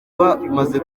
bamaze